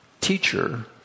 teacher